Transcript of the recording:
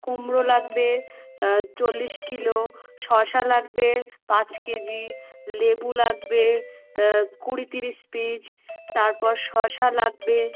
কুমড়ো লাগবে চল্লিশ কিলো শসা লাগবে পাঁচ কেজি লেবু লাগবে কুড়ি ত্রিশ পিস তারপর শসা লাগবে